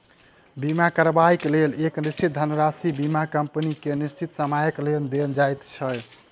बीमा करयबाक लेल एक निश्चित धनराशि बीमा कम्पनी के निश्चित समयक लेल देल जाइत छै